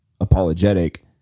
apologetic